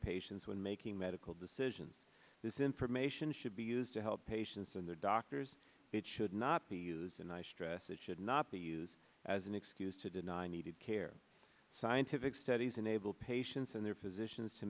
patients when making medical decisions this information should be used to help patients and their doctors it should not be used and i stress it should not be used as an excuse to deny needed care scientific studies enable patients and their physicians to